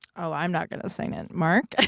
oh, i'm not gonna sing it. marc? ah